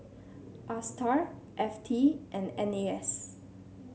Astar F T and N A S